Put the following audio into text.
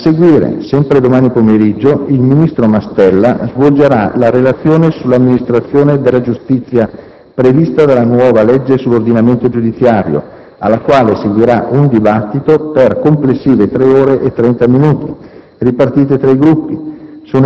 A seguire, sempre domani pomeriggio, il ministro Mastella svolgerà la relazione sull'amministrazione della giustizia, prevista dalla nuova legge sull'ordinamento giudiziario, alla quale seguirà un dibattito per complessive tre ore e trenta minuti, ripartite tra i Gruppi.